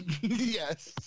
Yes